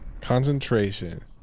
concentration